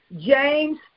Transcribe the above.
James